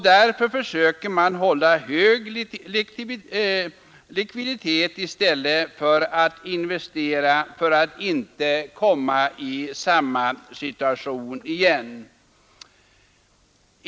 Därför försöker man hålla hög likviditet i stället för att investera, för att inte komma i samma situation igen.